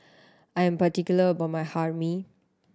I'm particular about my Hae Mee